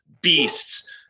beasts